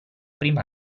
prima